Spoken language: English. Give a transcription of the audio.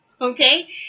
okay